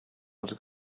als